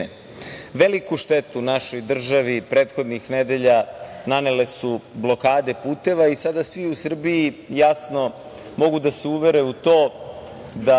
štetu našoj državi prethodnih nedelja nanele su blokade puteva i sada svi u Srbiji jasno mogu da se uvere u to da